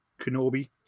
Kenobi